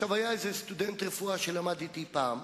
עכשיו, היה איזה סטודנט רפואה שלמד אתי פעם,